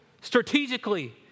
strategically